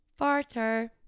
farter